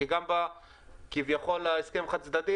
כי גם בהסכם החד-צדדי כביכול,